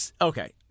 Okay